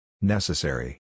Necessary